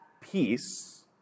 peace